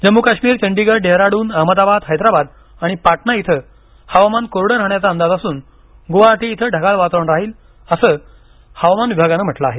जम्मू काश्मीर चंडीगड डेहराडून अहमदाबाद हैदराबाद आणि पाटणा इथं हवामान कोरडं राहण्याचा अंदाज असून गुवाहाटी इथं ढगाळ वातावरण राहील असं हवामान विभागानं म्हटलं आहे